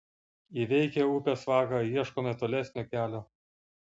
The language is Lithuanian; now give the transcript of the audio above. įveikę upės vagą ieškome tolesnio kelio